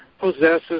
possesses